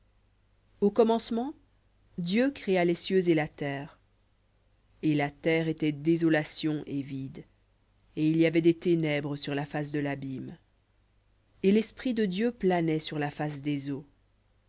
au commencement dieu créa les cieux et la terre v ou et la terre était désolation et vide et il y avait des ténèbres sur la face de l'abîme et l'esprit de dieu planait sur la face des eaux